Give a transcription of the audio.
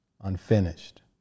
Unfinished